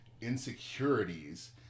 insecurities